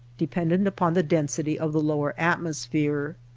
dependent upon the density of the lower atmos phere.